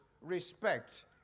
respect